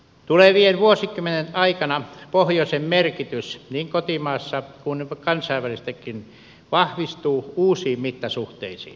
tulevien vuosikymmenten aikana pohjoisen merkitys niin kotimaassa kuin kansainvälisestikin vahvistuu uusiin mittasuhteisiin